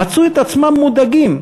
מצאו את עצמם מודאגים,